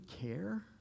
care